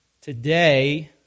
today